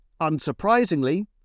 unsurprisingly